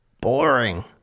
boring